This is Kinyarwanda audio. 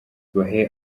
bahe